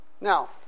Now